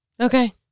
Okay